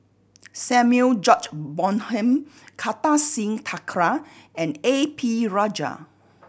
Samuel George Bonham Kartar Singh Thakral and A P Rajah